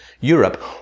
Europe